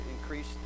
increase